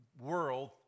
world